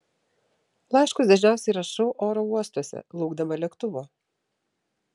laiškus dažniausiai rašau oro uostuose laukdama lėktuvo